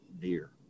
deer